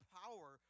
power